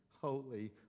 holy